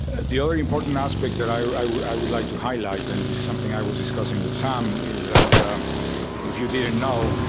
the other important aspect that i i would like to highlight, and this is something i was discussing with sam, is that if you didn't know,